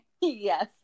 yes